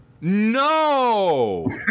No